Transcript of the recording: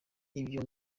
ibyo